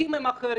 החוקים הם אחרים.